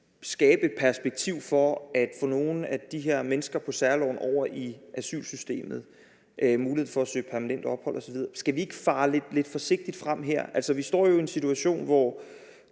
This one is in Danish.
skabe et perspektiv for at få nogle af de her mennesker på særloven over i asylsystemet med mulighed for at søge permanent opholdstilladelse osv., vil jeg spørge: Skal vi da ikke fare forsigtigt frem her? Vi står jo en situation, hvor